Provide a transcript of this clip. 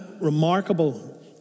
remarkable